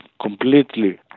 completely